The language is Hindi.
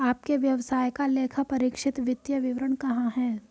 आपके व्यवसाय का लेखापरीक्षित वित्तीय विवरण कहाँ है?